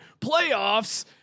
playoffs